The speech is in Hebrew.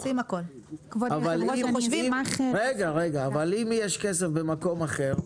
אבל אם יש כסף במקום אחר,